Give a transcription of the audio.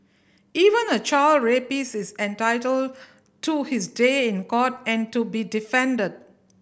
even a child rapist is entitled to his day in court and to be defended